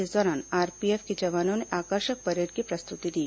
इस दौरान आरपीएफ के जवानों ने आकर्षक परेड की प्रस्तुति दी